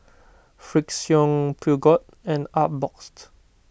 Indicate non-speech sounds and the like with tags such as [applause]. Frixion Peugeot and Artbox [noise]